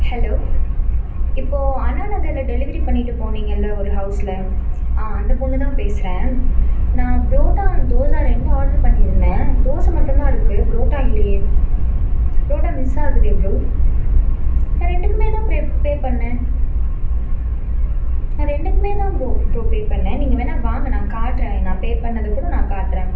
hello இப்போது அண்ணா நகரில் delivery பண்ணிவிட்டு போனீங்கள்ல ஒரு ஹவுஸில் ஆ அந்த பொண்ணு தான் பேசுகிறேன் நான் பரோட்டா அண்ட் தோசா ரெண்டு ஆர்ட்ரு பண்ணிருந்தேன் தோச மட்டுந்தான் இருக்குது பரோட்டா இல்லையே பரோட்டா மிஸ் ஆகுதே ப்ரோ நான் ரெண்டுக்குமே தான் ஃப்ரே பே பண்ணிணேன் நான் ரெண்டுக்குமே தான் ப்ரோ ப்ரோ பே பண்ணிணேன் நீங்கள் வேணால் வாங்க நான் காட்டுறேன் நான் பே பண்ணதக்கூட நான் காட்டுறேன்